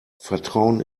vertrauen